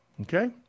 Okay